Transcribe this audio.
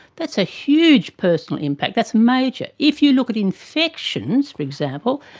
that's a huge personal impact, that's major. if you look at infections, for example,